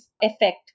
effect